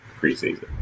preseason